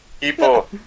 people